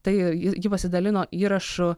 tai ji ji pasidalino įrašu